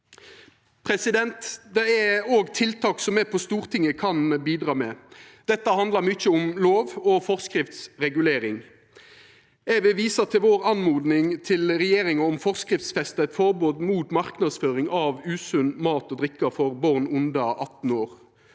Det er òg tiltak me på Stortinget kan bidra med. Dette handlar mykje om lov- og forskriftsregulering. Eg vil visa til vår oppmoding til regjeringa om å forskriftsfesta forbod mot marknadsføring av usunn mat og drikke overfor barn under 18 år.